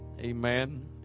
amen